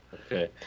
Okay